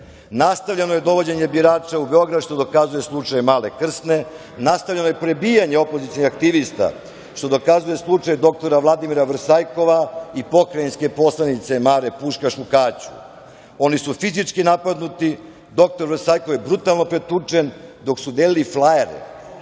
je dovođenje birača u Beograd, što dokazuje slučaj Male Krsne, nastavljeno je prebijanje opozicionih aktivista, što dokazuje slučaj dr Vladimira Vrsajkova i pokrajinske poslanice Mare Puškaš u Kaću. Oni su fizički napadnuti, dr Vrsajkov je brutalno pretučen, dok su delili flajere,